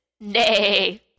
Nay